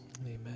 amen